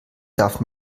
darf